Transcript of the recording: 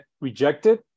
rejected